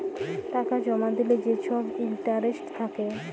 টাকা জমা দিলে যে ছব ইলটারেস্ট থ্যাকে